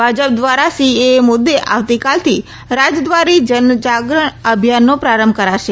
ભાજપ ધ્વારા સીએએ મુદ્દે આવતીકાલથી રાજદ્વારી જનજાગરા અભિયાનને પ્રારંભ કરાશે